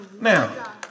Now